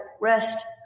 rest